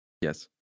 yes